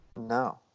No